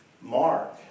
Mark